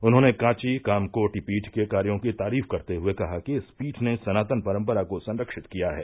उन्होंने कांची कामकोटि पीठ के कार्यो की तरीफ करते हुए कहा कि इस पीठ ने सनातन परम्परा को संरक्षित किया है